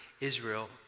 Israel